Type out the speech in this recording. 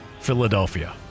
Philadelphia